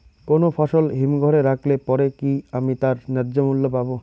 কোনো ফসল হিমঘর এ রাখলে পরে কি আমি তার ন্যায্য মূল্য পাব?